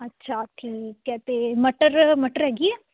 ਅੱਛਾ ਠੀਕ ਹੈ ਅਤੇ ਮਟਰ ਮਟਰ ਹੈਗੀ ਹੈ